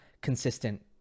consistent